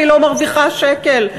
והיא לא מרוויחה שקל?